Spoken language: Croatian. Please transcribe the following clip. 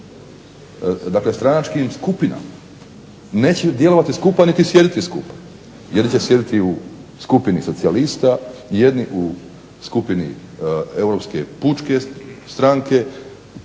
dakle stranačkim skupinama. Neće djelovati skupa niti sjediti skupa jer će sjediti u skupini socijalista, jedni u skupini Europske pučke stranke,